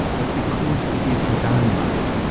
but because it is his own mode.